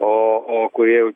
o o kurie